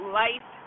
life